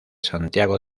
santiago